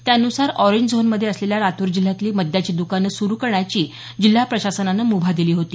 त्यान्सार orange zone मध्ये असलेल्या लातूर जिल्ह्यातली मद्याची दुकानं सुरू करण्याची जिल्हा प्रशासनाने मुभा दिली होती